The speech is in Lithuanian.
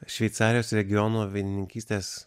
šveicarijos regiono vynininkystės